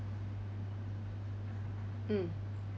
mm